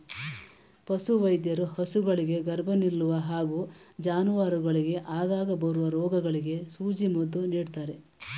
ಪಶುವೈದ್ಯರು ಹಸುಗಳಿಗೆ ಗರ್ಭ ನಿಲ್ಲುವ ಹಾಗೂ ಜಾನುವಾರುಗಳಿಗೆ ಆಗಾಗ ಬರುವ ರೋಗಗಳಿಗೆ ಸೂಜಿ ಮದ್ದು ನೀಡ್ತಾರೆ